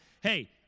hey